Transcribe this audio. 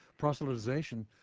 proselytization